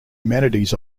humanities